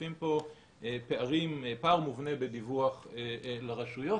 נחשפים פה פער מובנה בדיווח לרשויות.